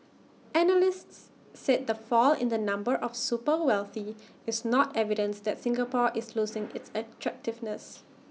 analysts said the fall in the number of super wealthy is not evidence that Singapore is losing its attractiveness